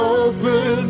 open